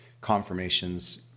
confirmations